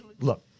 Look